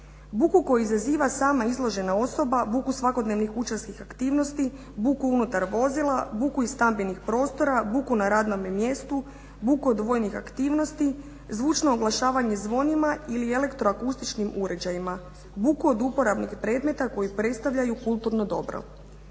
Buku koju izaziva sama izložena osoba, buku svakodnevnih kućanskih aktivnosti, buku untar vozila, buku iz stambenih prostora, buku na radnome mjestu, buku od vojnih aktivnosti, zvučno oglašavanje zvonima ili elektroakustičnim uređajima, buku od uporabnih predmeta koji predstavljaju kultno dobro.